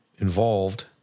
involved